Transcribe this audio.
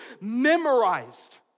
memorized